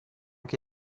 che